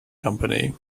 company